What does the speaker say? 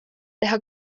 teha